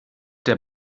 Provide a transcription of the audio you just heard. der